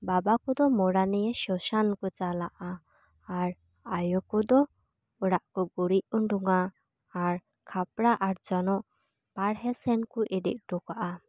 ᱵᱟᱵᱟ ᱠᱚᱫᱚ ᱢᱚᱲᱟ ᱱᱤᱭᱟᱹ ᱥᱚᱥᱟᱱ ᱠᱚ ᱪᱟᱞᱟᱜᱼᱟ ᱟᱨ ᱟᱭᱳ ᱠᱚᱫᱚ ᱚᱲᱟᱜ ᱠᱚ ᱜᱩᱨᱤᱡᱽ ᱩᱰᱩᱝᱼᱟ ᱟᱨ ᱠᱷᱟᱯᱨᱟᱜ ᱟᱨ ᱡᱚᱱᱚᱜ ᱵᱟᱨᱦᱮ ᱥᱮᱱ ᱠᱚ ᱤᱫᱤ ᱚᱴᱚ ᱠᱟᱜᱼᱟ